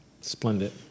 splendid